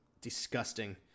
disgusting